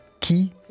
qui